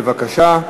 בבקשה.